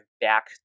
back